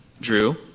Drew